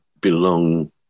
belong